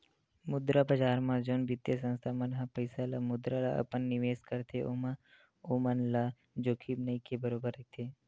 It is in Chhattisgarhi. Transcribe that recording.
मुद्रा बजार म जउन बित्तीय संस्था मन ह पइसा ल मुद्रा ल अपन निवेस करथे ओमा ओमन ल जोखिम नइ के बरोबर रहिथे